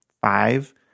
five